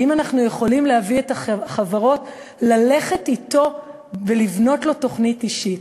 האם אנחנו יכולים להביא את החברות ללכת אתו ולבנות לו תוכנית אישית?